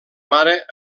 mare